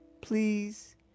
please